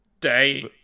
Day